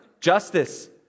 justice